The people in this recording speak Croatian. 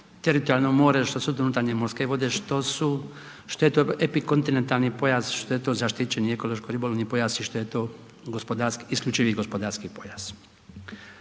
teritorijalno more, što su to unutarnje morske vode, što je to epikontinentalni pojas, što je to zaštićeni ekološko ribolovni pojas i što je to isključivi gospodarski pojas.